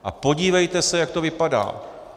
A podívejte se, jak to vypadá.